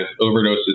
overdoses